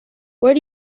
where